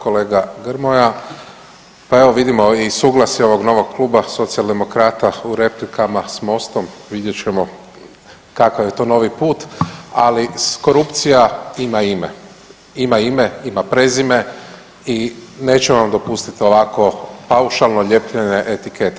Kolega Grmoja, pa evo vidimo i iz … ovog novog kluba Socijaldemokrata u replikama s Mostom, vidjet ćemo kakav je to novi put, ali korupcija ima ime, ima ime, ima prezime i neću vam dopustiti ovako paušalno lijepljene etikete.